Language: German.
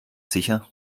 sicher